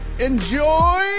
Enjoy